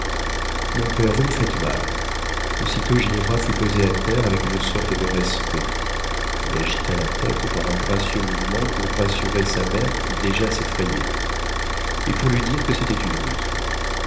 mon père vous me faites mal aussitôt ginevra fut posée à terre avec une sorte de respect elle agita la tête par un gracieux mouvement pour rassurer sa mère qui déjà s'effrayait et pour lui dire que c'était une ruse